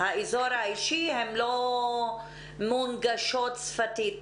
הם לא מונגשים שפתית.